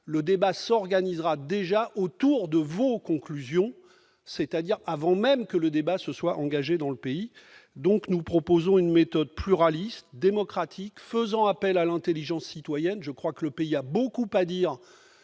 le débat s'organiserait déjà autour de vos conclusions, avant même qu'il se soit engagé dans le pays. En somme, nous proposons une méthode pluraliste et démocratique, qui fait appel à l'intelligence citoyenne. Je crois que le pays a beaucoup